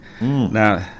Now